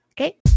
okay